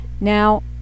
Now